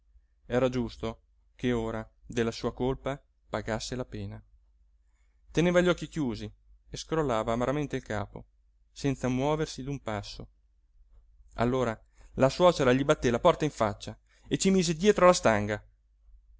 era giusto che ora della sua colpa pagasse la pena teneva gli occhi chiusi e scrollava amaramente il capo senza muoversi d'un passo allora la suocera gli batté la porta in faccia e ci mise dietro la stanga